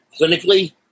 clinically